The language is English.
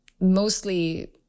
Mostly